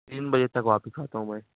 تین بجے تک واپس آتا ہوں میں